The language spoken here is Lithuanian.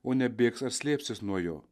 o ne bėgs ar slėpsis nuo jo